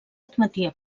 admetia